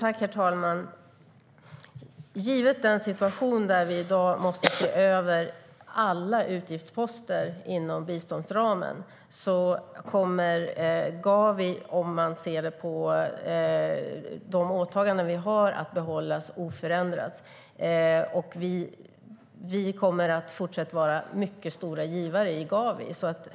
Herr talman! Givet den situation där vi i dag måste se över alla utgiftsposter inom biståndsramen kommer Gavi, om man ser på de åtaganden vi har, att behållas oförändrat. Vi kommer fortsatt att vara mycket stora givare i Gavi.